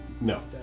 no